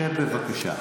שב, בבקשה.